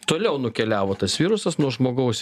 toliau nukeliavo tas virusas nuo žmogaus